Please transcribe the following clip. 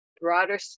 broader